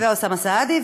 ואוסאמה סעדי,